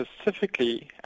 specifically